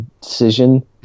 decision